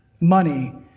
money